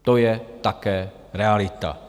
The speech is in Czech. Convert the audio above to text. To je také realita.